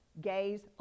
gays